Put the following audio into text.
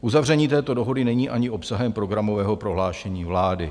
Uzavření této dohody není ani obsahem programového prohlášení vlády.